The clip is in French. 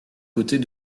côtés